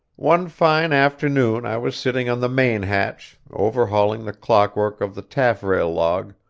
one fine afternoon i was sitting on the main-hatch, overhauling the clock-work of the taffrail-log,